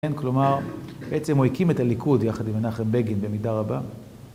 כלומר, בעצם הוא הקים את הליכוד יחד עם מנחם בגין במידה רבה.